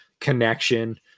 connection